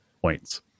points